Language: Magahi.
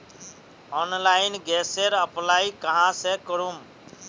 ऑनलाइन गैसेर अप्लाई कहाँ से करूम?